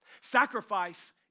Sacrifice